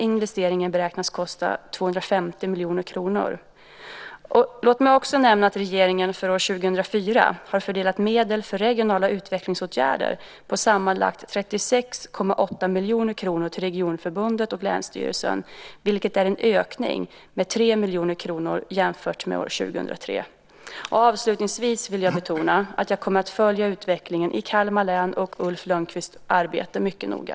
Investeringen beräknas kosta 250 miljoner kronor. Låt mig också nämna att regeringen för 2004 har fördelat medel för regionala utvecklingsåtgärder på sammanlagt 36,8 miljoner kronor till Regionförbundet och länsstyrelsen, vilket är en ökning med 3 miljoner kronor jämfört med 2003. Avslutningsvis vill jag betona att jag kommer att följa utvecklingen i Kalmar län och Ulf Lönnquists arbete mycket noga.